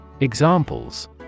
Examples